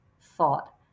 thought